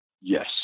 yes